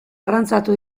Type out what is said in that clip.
arrantzatu